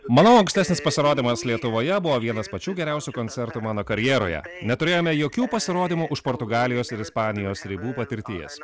mano ankstesnis pasirodymas lietuvoje buvo vienas pačių geriausių koncertų mano karjeroje neturėjome jokių pasirodymų už portugalijos ir ispanijos ribų patirties